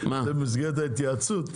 זה במסגרת ההתייעצות?